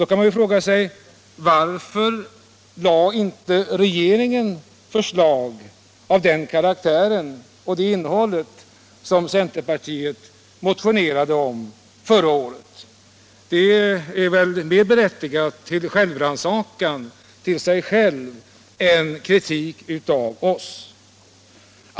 Då kan man fråga sig varför regeringen inte lagt fram förslag av den karaktär och det innehåll som centerpartiet motionerade om förra året. Det är mer berättigat med självrannsakan än kritik mot oss.